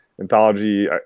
anthology